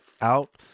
out